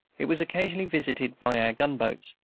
it was occasionally visited by our gunboats.